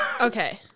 Okay